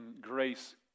grace